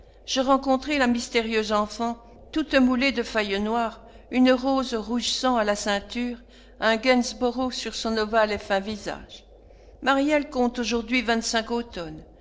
je rencontrai la mystérieuse enfant toute moulée de faille noire une rose rouge sang à la ceinture un gainsborough sur son ovale et fin visage maryelle compte aujourd'hui vingt-cinq automnes